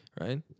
Right